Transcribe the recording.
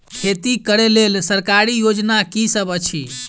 खेती करै लेल सरकारी योजना की सब अछि?